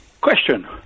Question